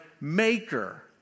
maker